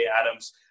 Adams